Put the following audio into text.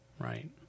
Right